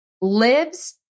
lives